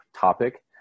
topic